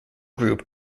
group